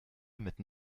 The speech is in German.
mitten